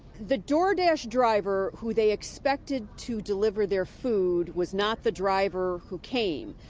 the door dash driver who they expected to deliver their food was not the driver who came.